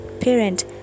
parent